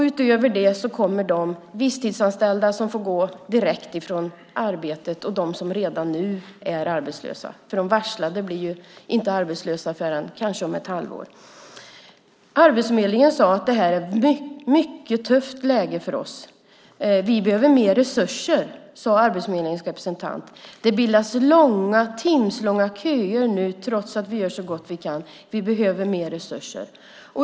Utöver det finns de visstidsanställda som får gå direkt från arbetet och de som redan nu är arbetslösa. De varslade blir inte arbetslösa förrän kanske om ett halvår. Arbetsförmedlingen sade att det är ett mycket tufft läge. Vi behöver mer resurser, sade Arbetsförmedlingens representant. Det bildas timslånga köer trots att vi gör så gott vi kan. Vi behöver mer resurser.